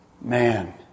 Man